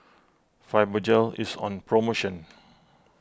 Fibogel is on promotion